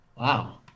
Wow